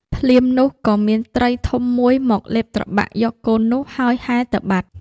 ភ្លាមនោះ ក៏មានត្រីធំមួយមកលេបត្របាក់យកកូននោះ ហើយហែលទៅបាត់។